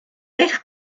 eich